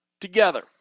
together